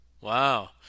Wow